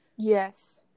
yes